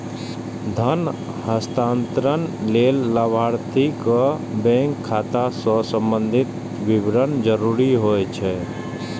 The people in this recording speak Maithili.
धन हस्तांतरण लेल लाभार्थीक बैंक खाता सं संबंधी विवरण जरूरी होइ छै